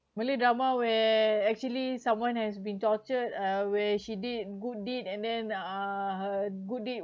malay drama where actually someone has been tortured uh where she did good deed and then uh her good deed